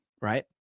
Right